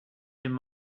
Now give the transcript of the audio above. nimm